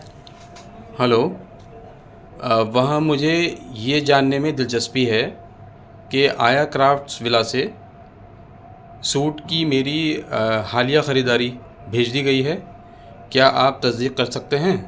hello وہاں مجھے یہ جاننے میں دلچسپی ہے کہ آیا کرافٹس ولا سے سوٹ کی میری حالیہ خریداری بھیج دی گئی ہے کیا آپ تصدیق کر سکتے ہیں